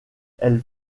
elles